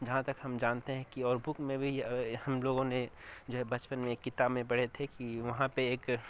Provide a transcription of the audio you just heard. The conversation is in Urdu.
جہاں تک ہم جانتے ہیں کہ اور بک میں بھی ہم لوگوں نے جو ہے بچپن میں کتاب میں پڑھے تھے کہ وہاں پہ ایک